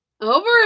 over